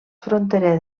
fronterer